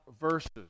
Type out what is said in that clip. verses